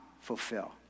fulfill